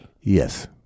Yes